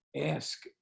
ask